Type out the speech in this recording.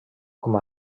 com